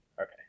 Okay